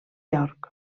york